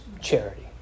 charity